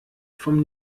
vom